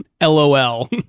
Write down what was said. LOL